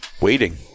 waiting